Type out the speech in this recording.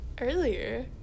earlier